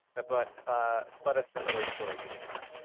but but ah but a similar story did occur.